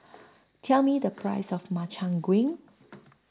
Tell Me The Price of Makchang Gui